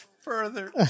further